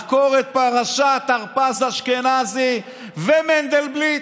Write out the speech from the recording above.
לחקור את פרשת הרפז-אשכנזי ומנדלבליט,